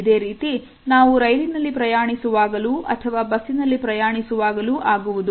ಇದೇ ರೀತಿ ನಾವು ರೈಲಿನಲ್ಲಿ ಪ್ರಯಾಣಿಸುವಾಗಲೂ ಅಥವಾ ಬಸ್ಸಿನಲ್ಲಿ ಪ್ರಯಾಣಿಸುವಾಗಲೂ ಆಗುವುದು